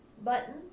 button